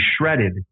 shredded